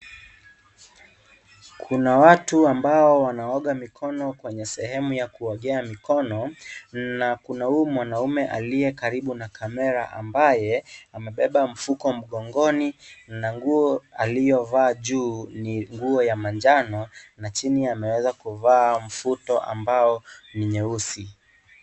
Kuna watu ambao wanaoga mikono kwenye sehemu ya kuogea mikono. Na kuna huyu mwanaume aliye karibu na kamera ambaye amebeba mfuko mgongoni na nguo aliyovaa juu ni nguo ya manjano na chini ameweza kuvaa mfuto ambao ni nyeusi.